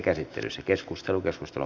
asian käsittely päättyi